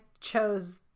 Chose